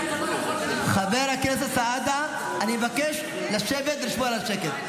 חבר הכנסת סעדה, אני מבקש לשבת ולשמור על השקט.